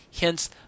hence